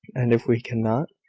and if we cannot?